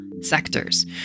sectors